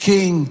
King